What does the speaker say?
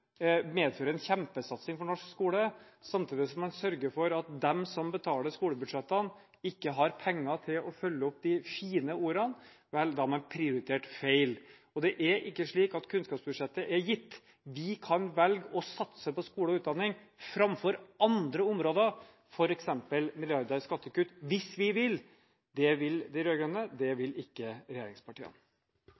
medfører en kjempesatsing for norsk skole, samtidig som man sørger for at de som betaler skolebudsjettene, ikke har penger til å følge opp de fine ordene – vel, da har man prioritert feil. Det er ikke slik at kunnskapsbudsjettet er gitt. Vi kan velge å satse på skole og utdanning framfor andre områder, f.eks. milliarder i skattekutt – hvis vi vil. Det vil de rød-grønne. Det